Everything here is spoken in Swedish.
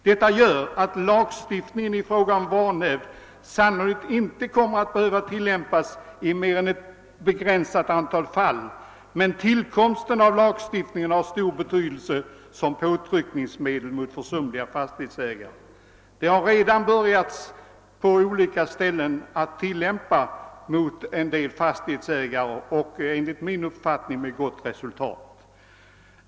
Detta gör att lagstiftningen i fråga om vanhävd sannolikt inte kommer att behöva tillämpas i mer än ett begränsat antal fall, men tillkomsten av lagstiftningen har stor betydelse som påtryckningsmedel mot försumliga fastighetsägare. Den har redan på olika ställen behövt tillämpas mot en del fastighetsägare, enligt min uppfattning med gott resultat.